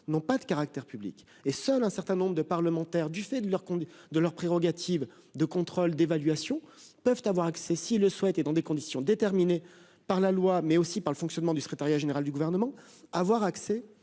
n'ont pas de caractère public : seuls un certain nombre de parlementaires, du fait de leurs prérogatives de contrôle et d'évaluation, peuvent y avoir accès, s'ils le souhaitent et dans des conditions déterminées par la loi, mais aussi par le secrétariat général du Gouvernement. Je